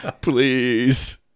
Please